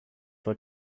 for